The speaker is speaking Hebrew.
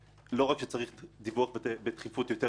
לא רק שצריך דיווח בתכיפות גבוהה יותר,